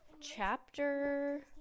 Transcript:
chapter